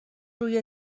روی